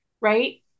Right